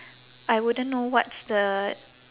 I wouldn't know what's the